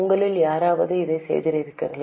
உங்களில் யாராவது இதைச் செய்திருக்கிறார்களா